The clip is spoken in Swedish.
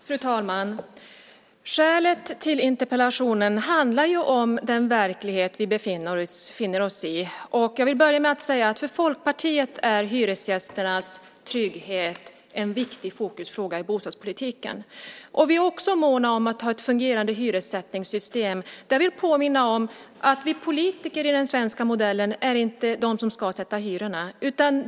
Fru talman! Skälet till att jag ställde interpellationen är den verklighet vi befinner oss i. För Folkpartiet är hyresgästernas trygghet en viktig fokusfråga i bostadspolitiken. Vi är också måna om att ha ett fungerande hyressättningssystem. Jag vill påminna om att i den svenska modellen är vi politiker inte de som ska sätta hyrorna.